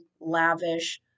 lavish